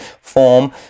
form